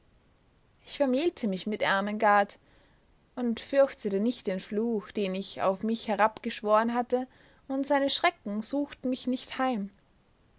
ich vermählte mich mit ermengard und fürchtete nicht den fluch den ich auf mich herabgeschworen hatte und seine schrecken suchten mich nicht heim